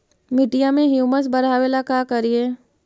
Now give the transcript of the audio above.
मिट्टियां में ह्यूमस बढ़ाबेला का करिए?